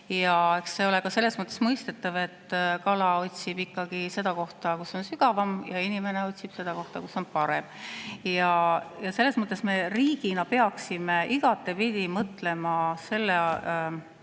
see ole ka mõistetav, et kala otsib ikkagi seda kohta, kus on sügavam, ja inimene otsib seda kohta, kus on parem. Selles mõttes me riigina peaksime igatepidi mõtlema selle